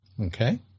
Okay